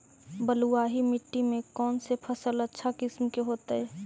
बलुआही मिट्टी में कौन से फसल अच्छा किस्म के होतै?